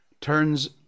turns